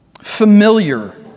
familiar